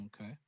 Okay